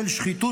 של שחיתות,